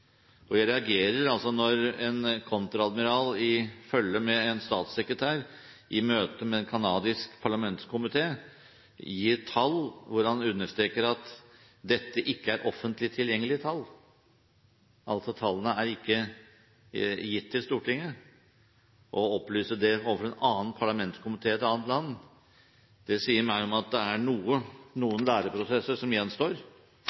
Stortinget. Jeg reagerer når en kontreadmiral, i følge med en statssekretær, i møte med en canadisk parlamentskomité gir tall og understreker at dette ikke er offentlig tilgjengelige tall; tallene er altså ikke gitt til Stortinget. Å opplyse det overfor en annen parlamentskomité i et annet land sier noe om at det er noen læreprosesser som gjenstår